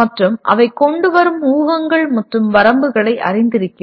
மற்றும் அவை கொண்டு வரும் ஊகங்கள் மற்றும் வரம்புகளை அறிந்திருக்கிறது